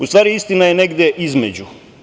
U stvari, istina je negde između.